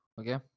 okay